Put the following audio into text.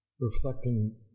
reflecting